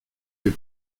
les